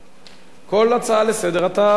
כל הצעה לסדר-היום אתה מציע.